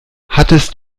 hattest